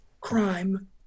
crime